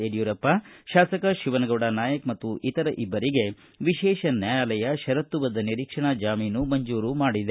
ಯಡಿಯೂರಪ್ಪ ಶಾಸಕ ಶಿವನಗೌಡ ನಾಯಕ್ ಮತ್ತು ಇತರ ಇಬ್ಬರಿಗೆ ವಿಶೇಷ ನ್ಯಾಯಾಲಯ ಶರತ್ತುಬದ್ದ ನಿರೀಕ್ಷಣಾ ಜಾಮೀನು ಮಂಜೂರು ಮಾಡಿದೆ